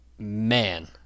Man